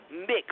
mix